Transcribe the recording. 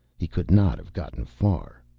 he could not have gotten far,